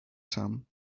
sun